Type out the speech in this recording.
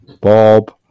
Bob